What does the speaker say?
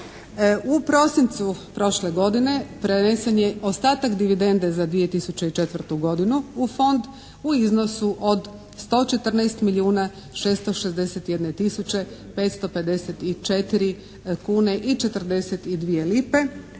U prosincu prošle godine prenesen je ostatak dividende za 2004. godinu u Fond u iznosu od 114 milijuna 661 tisuće 554 kune i 42 lipe,